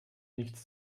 nichts